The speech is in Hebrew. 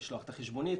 לשלוח את החשבונית,